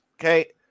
Okay